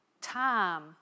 time